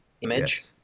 image